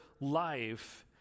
life